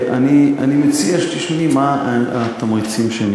אני שואלת על המעסיקים.